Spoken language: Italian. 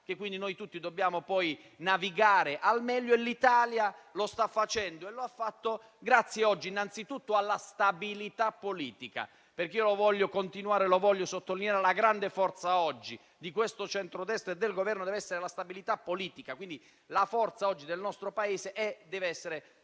che noi tutti dobbiamo navigare al meglio e l'Italia lo sta facendo e lo ha fatto oggi grazie innanzitutto alla stabilità politica. Desidero infatti sottolineare che la grande forza oggi di questo centrodestra e del Governo deve essere la stabilità politica, quindi la forza del nostro Paese deve essere